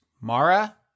Mara